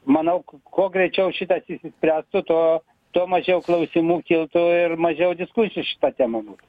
manau kuo greičiau šitas išsispręstų tuo tuo mažiau klausimų kiltų ir mažiau diskusijų šita tema būtų